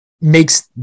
makes